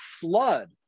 flood